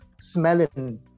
smelling